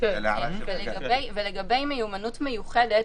לגבי מיומנות מיוחדת,